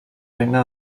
regne